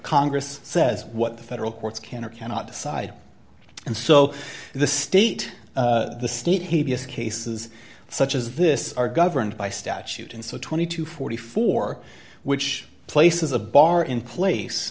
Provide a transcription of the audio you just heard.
congress says what the federal courts can or cannot decide and so the state the state heaviest cases such as this are governed by statute and so twenty to forty four which places a bar in place